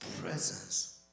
presence